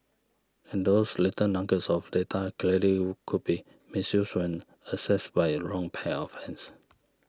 and those little nuggets of data clearly could be misused when accessed by a wrong pair of hands